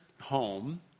home